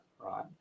right